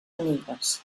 amigues